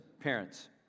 parents